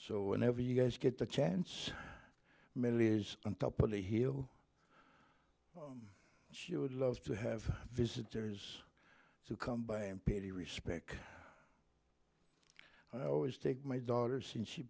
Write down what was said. so whenever you guys get the chance medal is on top of the heel you would love to have visitors to come by and pay the respect i always take my daughter since she